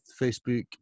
Facebook